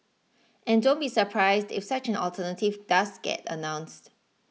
and don't be surprised if such an alternative does get announced